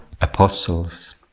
apostles